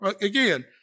again